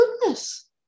goodness